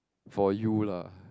for you lah